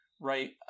right